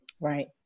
Right